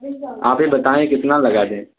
آپ یہ بتائیں کتنا لگا دیں